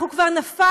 אנחנו כבר נפלנו,